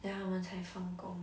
then 他们才放工